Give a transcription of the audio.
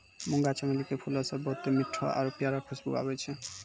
मुंगा चमेली के फूलो से बहुते मीठो आरु प्यारा खुशबु आबै छै